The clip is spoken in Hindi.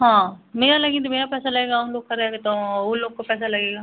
हाँ मेरा लगी तो मेरा पैसा लगेगा उन लोग का रहेगा तो वे लोग का पैसा लगेगा